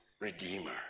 Redeemer